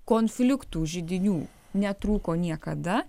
konfliktų židinių netrūko niekada